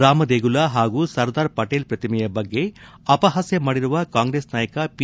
ರಾಮದೇಗುಲ ಹಾಗೂ ಸರ್ದಾರ್ ಪಟೇಲ್ ಪ್ರತಿಮೆಯ ಬಗ್ಗೆ ಅಪಹಾಸ್ಯ ಮಾಡಿರುವ ಕಾಂಗ್ರೆಸ್ ನಾಯಕ ಪಿ